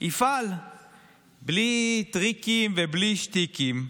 יפעל בלי טריקים ובלי שטיקים,